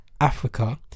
Africa